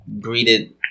greeted